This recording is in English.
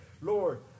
Lord